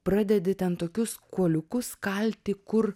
pradedi ten tokius kuoliukus kalti kur